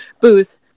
booth